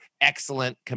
excellent